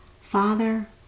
Father